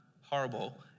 horrible